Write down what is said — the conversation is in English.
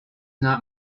not